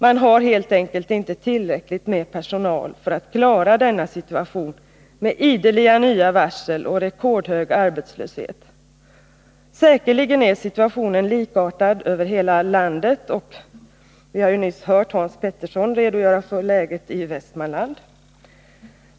Man har helt enkelt inte tillräckligt med personal för att klara denna situation med ideliga nya varsel och rekordhög arbetslöshet. Säkerligen är situationen likartad över hela landet. Vi har ju nyss hört Hans Petersson i Hallstahammar redogöra för läget i Västmanland.